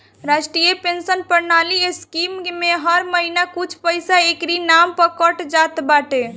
राष्ट्रीय पेंशन प्रणाली स्कीम में हर महिना कुछ पईसा एकरी नाम पअ कट जात बाटे